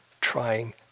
trying